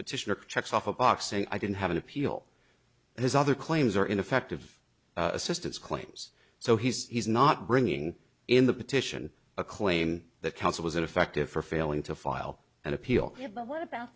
petitioner checks off a boxing i didn't have an appeal his other claims are ineffective assistance claims so he's not bringing in the petition a claim that counsel was ineffective for failing to file an appeal but what about